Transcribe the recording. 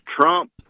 Trump